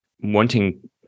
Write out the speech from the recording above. wanting